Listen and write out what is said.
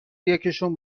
یکیشون